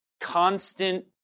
constant